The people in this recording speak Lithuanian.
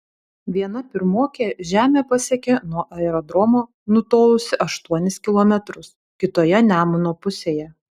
viena pirmokė žemę pasiekė nuo aerodromo nutolusi aštuonis kilometrus kitoje nemuno pusėje